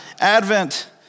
Advent